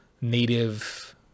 native